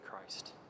Christ